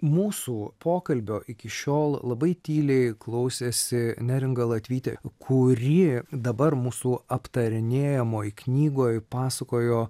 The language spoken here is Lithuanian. mūsų pokalbio iki šiol labai tyliai klausėsi neringa latvytė kuri dabar mūsų aptarinėjamoj knygoj pasakojo